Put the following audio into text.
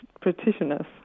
practitioners